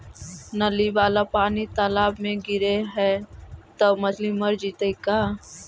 नली वाला पानी तालाव मे गिरे है त मछली मर जितै का?